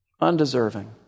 Undeserving